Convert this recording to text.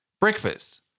Breakfast